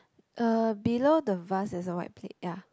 uh below the vase there's a white plate ya